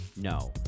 no